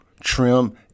trim